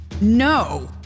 No